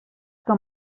que